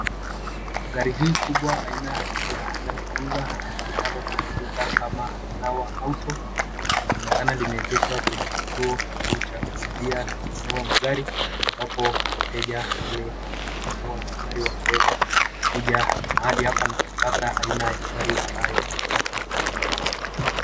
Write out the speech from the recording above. Gari hii kubwa aina ya Land Cruiser linalotambulika kama Rawa Auto inaonekana limeegeshwa kwenye kituo kikuu cha kuuzia na kununua magari, ambapo wateja wale wa kununua magari wanaweza kuja mahali hapa na kupata aina ya gari wanayotaka kununua.